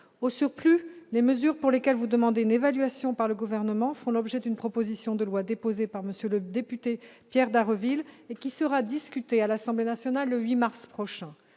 Au surplus, les mesures pour lesquelles vous demandez une évaluation par le Gouvernement font l'objet d'une proposition de loi déposée par M. le député Pierre Dharréville, qui sera discutée à l'Assemblée nationale le 8 mars prochain,